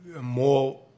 more